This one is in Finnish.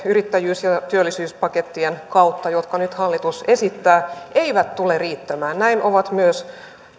yrittäjyys ja työllisyyspakettien kautta jotka nyt hallitus esittää eivät tule riittämään näin ovat myös